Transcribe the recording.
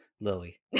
Lily